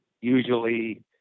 usually